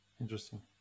Interesting